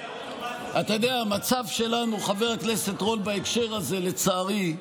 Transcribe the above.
אתה יודע, חבר הכנסת רול, לצערי,